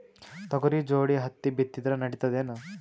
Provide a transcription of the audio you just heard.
ತೊಗರಿ ಜೋಡಿ ಹತ್ತಿ ಬಿತ್ತಿದ್ರ ನಡಿತದೇನು?